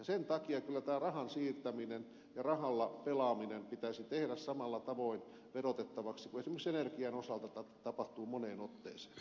sen takia kyllä tämä rahan siirtäminen ja rahalla pelaaminen pitäisi tehdä samalla tavoin verotettavaksi kuin esimerkiksi energian osalta tapahtuu moneen otteeseen